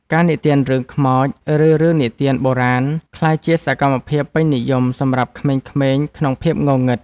ការនិទានរឿងខ្មោច ឬរឿងនិទានបុរាណ ក្លាយជាសកម្មភាពពេញនិយមសម្រាប់ក្មេងៗក្នុងភាពងងឹត។